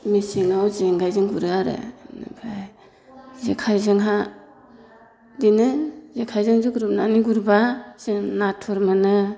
मेसेङाव जेंगायजों गुरो आरो बेनिफ्राय जेखायजोंहा इदिनो जेखायजों जुग्रुबनानै गुरब्ला जों नाथुर मोनो